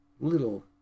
little